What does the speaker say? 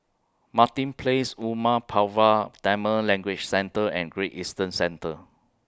Martin Place Umar Pulavar Tamil Language Centre and Great Eastern Centre